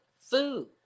food